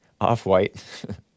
off-white